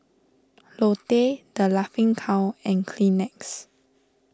Lotte the Laughing Cow and Kleenex